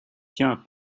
tiens